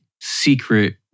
secret